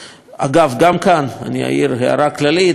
גם כאן אני אעיר הערה כללית יותר,